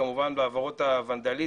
וכמובן בעבירות הוונדליזם.